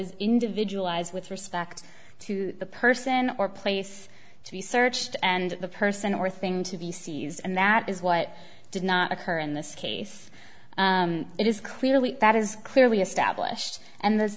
is individualized with respect to the person or place to be searched and the person or thing to be seized and that is what did not occur in this case it is clearly that is clearly established and the